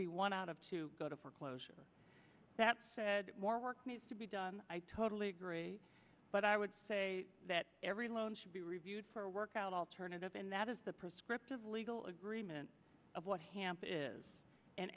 be one out of to go to foreclosure that's more work needs to be done i totally agree but i would say that every loan should be reviewed for a workout alternative and that is the prescriptive legal agreement of what